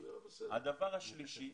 הדבר השלישי הוא